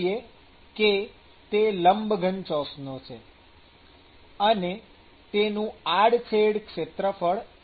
ચાલો માની લઈએ કે તે લંબઘન ચોસલો છે અને તેનું આડછેદનું ક્ષેત્રફળ A છે